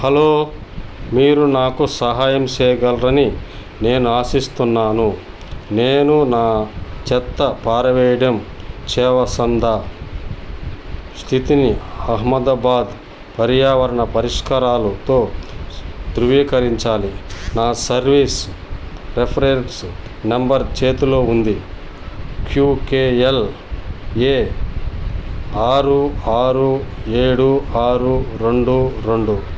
hello మీరు నాకు సహాయం చేయగలరని నేను ఆశిస్తున్నాను నేను నా చెత్త పారవేయడం చేవ సందా స్థితిని అహ్మదాబాద్ పర్యావరణ పరిష్కారాలతో ధృవీకరించాలి నా సర్వీస్ రెఫరెన్స్ నంబర్ చేతిలో ఉంది క్యూ కె ఎల్ ఎ ఆరు ఆరు ఏడు ఆరు రెండు రెండు